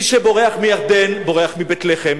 מי שבורח מירדן בורח מבית-לחם,